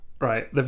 right